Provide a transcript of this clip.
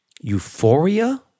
euphoria